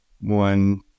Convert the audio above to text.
one